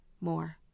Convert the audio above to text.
more